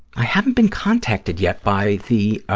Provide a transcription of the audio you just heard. i haven't been contacted yet by the, ah